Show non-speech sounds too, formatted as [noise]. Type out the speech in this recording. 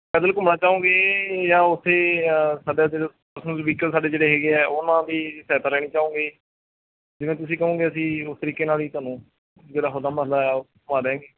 ਪੈਦਲ ਘੁੰਮਣਾ ਚਾਹੋਗੇ ਜਾਂ ਉੱਥੇ ਸਾਡੇ [unintelligible] ਵਹੀਕਲ ਸਾਡੇ ਜਿਹੜੇ ਹੈਗੇ ਆ ਉਹਨਾਂ ਦੀ ਸਹਾਇਤਾ ਲੈਣੀ ਚਾਹੋਗੇ ਜਿਵੇਂ ਤੁਸੀਂ ਕਹੋਗੇ ਅਸੀਂ ਉਸ ਤਰੀਕੇ ਨਾਲ ਹੀ ਤੁਹਾਨੂੰ ਜਿਹੜਾ ਹੋਲਾ ਮਹੱਲਾ ਉਹ ਵਿਖਾ ਦਿਆਂਗੇ